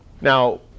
Now